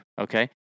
okay